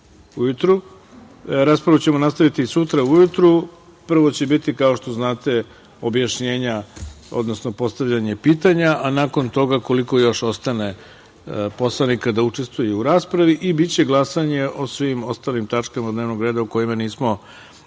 raspravu ćemo nastaviti i sutra ujutru, prvo će biti, kao što znate, objašnjenja, odnosno postavljanje pitanja, a nakon toga koliko još ostane poslanika da učestvuje i u raspravi i biće glasanje o svim ostalim tačkama dnevnog reda o kojima nismo